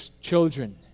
children